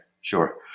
sure